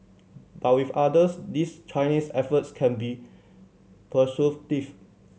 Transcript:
but with others these Chinese efforts can be persuasive